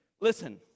listen